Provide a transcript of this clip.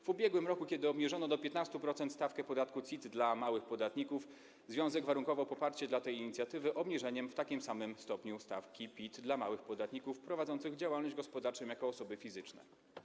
W ubiegłym roku, kiedy obniżano do 15% stawkę podatku CIT dla małych podatników, związek warunkował poparcie dla tej inicjatywy obniżeniem w takim samym stopniu stawki PIT dla małych podatników prowadzących działalność gospodarczą jako osoby fizyczne.